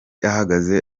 ahagaze